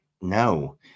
no